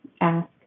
ask